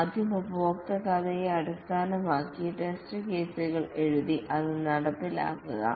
ആദ്യം ഉപയോക്തൃ കഥയെ അടിസ്ഥാനമാക്കി ടെസ്റ്റ് കേസുകൾ എഴുതി അത് നടപ്പിലാക്കുക